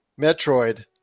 Metroid